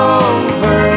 over